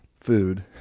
food